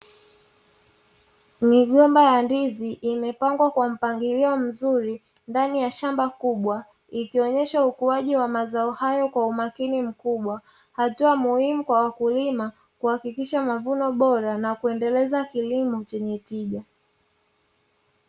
Migomba ya ndizi imepangwa kwa mpangilio mzuri ikionyesha hatua nzuri ya mazao haya